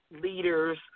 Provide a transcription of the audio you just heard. leaders